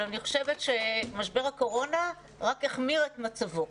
אני חושבת שמשבר הקורונה רק החמיר את מצבו.